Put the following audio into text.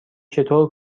چطور